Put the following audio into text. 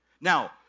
Now